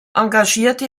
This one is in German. engagierte